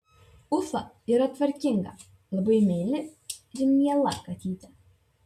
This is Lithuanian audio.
ufa yra tvarkinga labai meili ir miela katytė